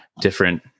different